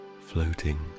floating